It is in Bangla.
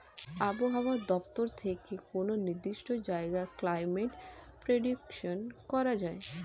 আবহাওয়া দপ্তর থেকে কোনো নির্দিষ্ট জায়গার ক্লাইমেট প্রেডিকশন করা যায়